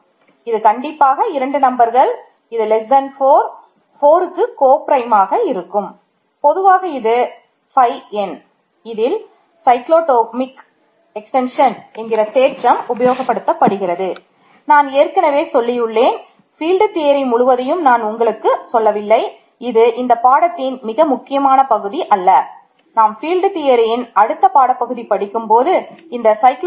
ஆகிய இவற்றுள் coprime பற்றி படிப்பீர்கள்